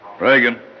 Reagan